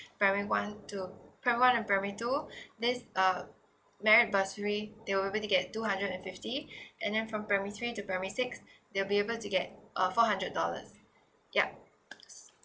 primary one to primary one and primary two this uh merit bursary they will be able to get two hundred and fifty and then from primary three to primary six they'll be able to get a four hundred dollars ya